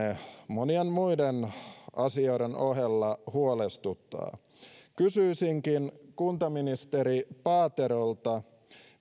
monien muiden asioiden ohella huolestuttaa kysyisinkin kuntaministeri paaterolta